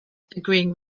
agreeing